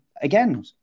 again